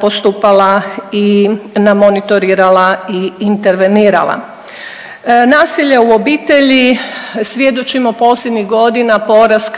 postupala i na, monitorirala i intervenirala. Nasilje u obitelji, svjedočimo posljednjih godina porast